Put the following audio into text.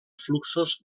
fluxos